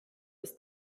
ist